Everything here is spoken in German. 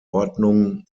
ordnung